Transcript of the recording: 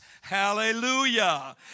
Hallelujah